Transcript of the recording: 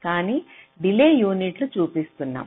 కానీ delay unit చూపిస్తున్నాం